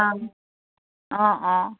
অঁ অঁ অঁ